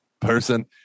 person